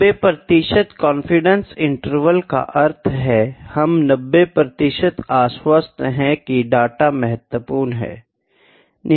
90 प्रतिशत confidence interval का अर्थ है हम 90 प्रतिशत आश्वस्त हैं की डेटा महत्वपूर्ण है